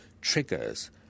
triggers